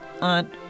aunt